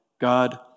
God